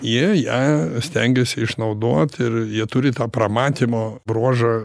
jie ją stengiasi išnaudot ir jie turi tą pramatymo bruožą